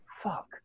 Fuck